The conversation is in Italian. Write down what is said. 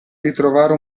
ritrovare